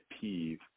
peeve